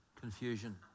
confusion